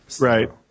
Right